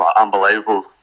unbelievable